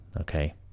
okay